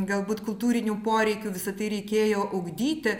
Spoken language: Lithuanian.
galbūt kultūrinių poreikių visa tai reikėjo ugdyti